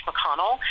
McConnell